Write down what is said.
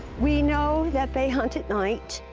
we know that they hunt at night,